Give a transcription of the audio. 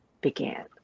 began